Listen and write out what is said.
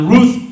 Ruth